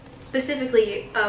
specifically